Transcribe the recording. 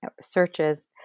searches